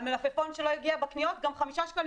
על מלפפון שלא הגיע בקניות גם 5 שקלים